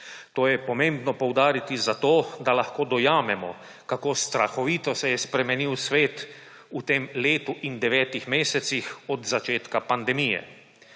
To je pomembno poudariti zato, da lahko dojamemo, kako strahovito se je spremenil svet v tem letu in devetih mesecih od začetka pandemije.